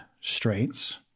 strengths